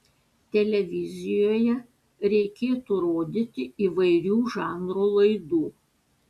televizijoje reikėtų rodyti įvairių žanrų laidų